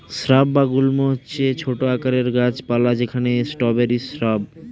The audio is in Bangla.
স্রাব বা গুল্ম হচ্ছে ছোট আকারের গাছ পালা, যেমন স্ট্রবেরি শ্রাব